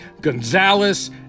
Gonzalez